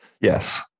Yes